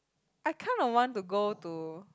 I kind of want to go to